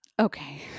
okay